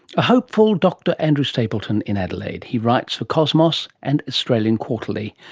a hopeful dr andrew stapleton in adelaide. he writes for cosmos and australian quarterly.